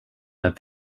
have